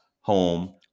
home